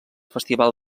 festival